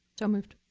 so moved.